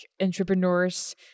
entrepreneurs